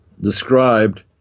described